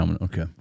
Okay